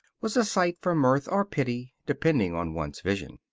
was a sight for mirth or pity, depending on one's vision.